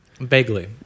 Vaguely